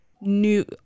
new